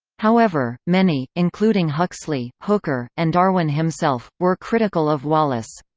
however, many, including huxley, hooker, and darwin himself, were critical of wallace.